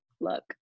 Look